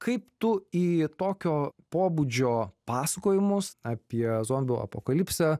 kaip tu į tokio pobūdžio pasakojimus apie zombių apokalipsę